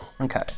Okay